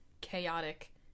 chaotic